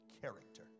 character